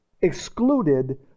excluded